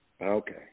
Okay